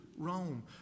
Rome